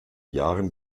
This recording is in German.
jahren